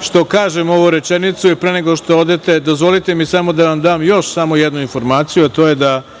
što kažem ovu rečenicu i pre nego što odete, dozvolite mi samo da vam dam još jednu informaciju, a to je da